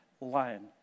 lion